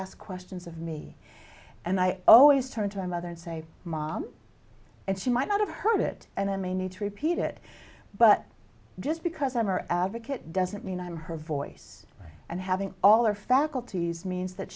ask questions of me and i always turn to my mother and say mom and she might not have heard it and i may need to repeat it but just because i'm or advocate doesn't mean i'm her voice and having all our faculties means that